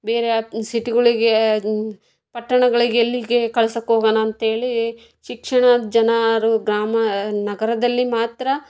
ಬೇರೆ ಯಾವ ಸಿಟಿಗಳಿಗೆ ಪಟ್ಟಣಗಳಿಗೆ ಎಲ್ಲಿಗೆ ಕಳಿಸೋಕ್ಕೋಗೋಣ ಅಂಥೇಳಿ ಶಿಕ್ಷಣ ಜನರು ಗ್ರಾಮ ನಗರದಲ್ಲಿ ಮಾತ್ರ